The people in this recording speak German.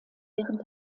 während